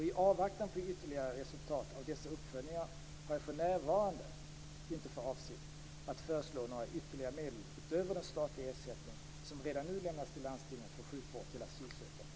I avvaktan på ytterligare resultat av dessa uppföljningar har jag för närvarande inte för avsikt att föreslå några ytterligare medel utöver den statliga ersättning som redan nu lämnas till landstingen för sjukvård till asylsökande m.fl.